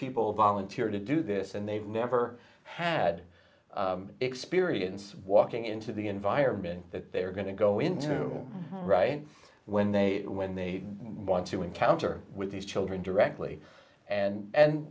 people volunteer to do this and they've never had experience walking into the environment that they're going to go into right when they when they want to encounter with these children directly and